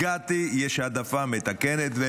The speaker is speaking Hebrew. הגעתי, יש העדפה מתקנת.